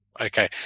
okay